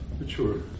Mature